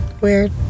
Weird